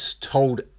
told